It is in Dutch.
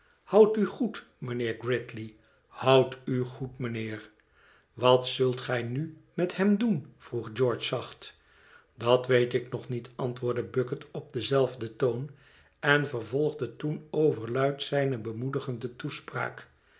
houd u goed mijnheer gridley houd u goed mijnheer i wat zult gij nu met hem doen vroeg géorge zacht dat weet ik nog niet antwoordde bucket op denzelfden toon en vervolgde toen overluid zijne bemoedigende toespraak